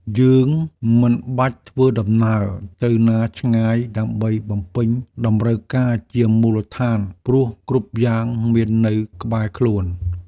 យើងមិនបាច់ធ្វើដំណើរទៅណាឆ្ងាយដើម្បីបំពេញតម្រូវការជាមូលដ្ឋាន ព្រោះគ្រប់យ៉ាងមាននៅក្បែរខ្លួន។